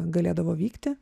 galėdavo vykti